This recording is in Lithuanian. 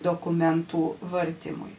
dokumentų valdymui